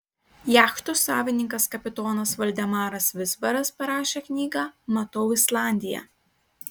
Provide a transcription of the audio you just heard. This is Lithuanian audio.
jachtos savininkas kapitonas valdemaras vizbaras parašė knygą matau islandiją